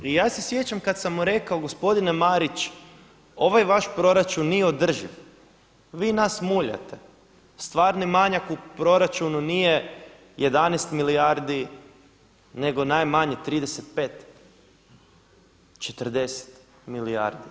I ja se sjećam kada sam mu rekao, gospodine Marić, ovaj vaš proračun nije održiv, vi nas muljate, stvarni manjak u proračunu nije 11 milijardi nego najmanje 35, 40 milijardi.